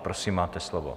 Prosím, máte slovo.